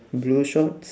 blue shorts